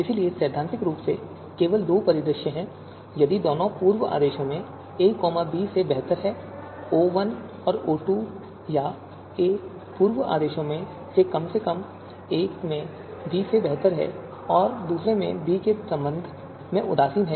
इसलिए यदि सैद्धांतिक रूप से केवल दो परिदृश्य हैं यदि दोनों पूर्व आदेशों में a b से बेहतर है O1 और O2 या a पूर्व आदेशों में से कम से कम एक में b से बेहतर है और दूसरे में b के संबंध में उदासीन है